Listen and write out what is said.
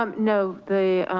um no, the